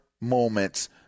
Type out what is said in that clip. moments